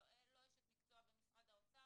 לא אשת מקצוע במשרד האוצר,